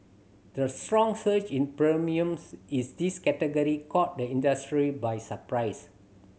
the strong surge in premiums is this category caught the industry by surprise